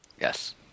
Yes